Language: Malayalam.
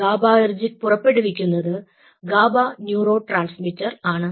GABAർജിക് പുറപ്പെടുവിക്കുന്നത് GABA ന്യൂറോ ട്രാൻസ്മിറ്റർ ആണ്